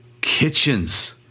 Kitchens